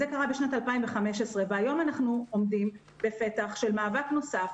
זה קרה בשנת 2015. היום אנחנו עומדים בפתח של מאבק נוסף,